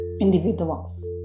individuals